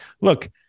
Look